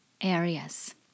areas